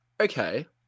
Okay